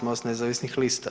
MOST nezavisnih lista.